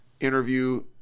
interview